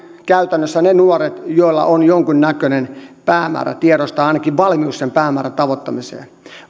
käytännössä vain ne nuoret joilla on jonkunnäköinen päämäärä tiedossa tai ainakin valmius sen päämäärän tavoittamiseen